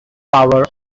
power